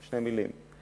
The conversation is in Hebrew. שתי מלים.